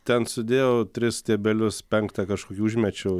ten sudėjau tris stiebelius penktą kažkokį užmečiau